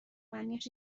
معنیاش